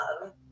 love